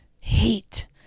Hate